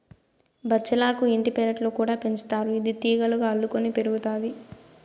బచ్చలాకు ఇంటి పెరట్లో కూడా పెంచుతారు, ఇది తీగలుగా అల్లుకొని పెరుగుతాది